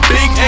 Big